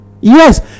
Yes